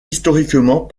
historiquement